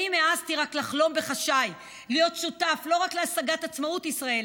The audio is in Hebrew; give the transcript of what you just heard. שנים העזתי רק לחלום בחשאי להיות שותף לא רק להשגת עצמאות ישראל,